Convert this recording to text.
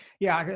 yeah.